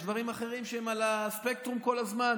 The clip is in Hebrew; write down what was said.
יש דברים אחרים שהם על הספקטרום כל הזמן.